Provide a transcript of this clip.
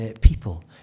people